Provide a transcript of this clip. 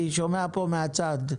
אני שומע פה מהצד,